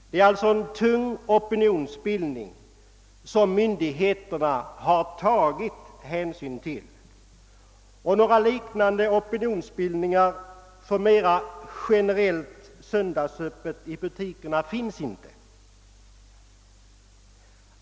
Det är alltså en tung opinionsbildning som myndigheterna har tagit hänsyn till. Några motsvarande uttryck för en opinionsbildning för generellt söndagsöppet i butikerna finns inte.